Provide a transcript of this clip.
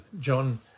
John